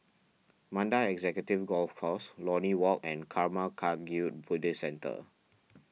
Mandai Executive Golf Course Lornie Walk and Karma Kagyud Buddhist Centre